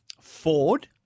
Ford